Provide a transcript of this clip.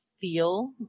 feel